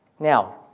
Now